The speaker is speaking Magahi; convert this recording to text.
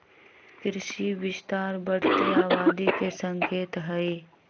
कृषि विस्तार बढ़ते आबादी के संकेत हई